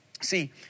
See